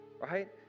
Right